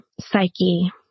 psyche